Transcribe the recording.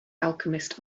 alchemist